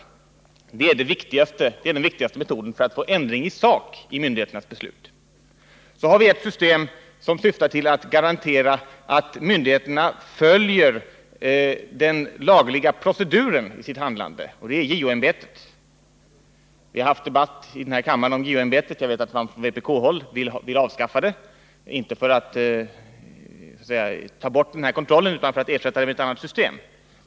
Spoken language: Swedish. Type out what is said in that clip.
Detta är det viktigaste instrumentet för att få ändring i sak beträffande myndigheternas beslut. Vi har också ett annat system, som syftar till att garantera att myndigheterna i sitt handlande följer den lagliga proceduren. Jag syftar då på JO-ämbetet. Vi har haft debatt i den här kammaren om just JO-ämbetet, och jag vet att man från vpk-håll vill avskaffa systemet, inte för att få bort kontrollen, utan för att man vill ha ett annat system.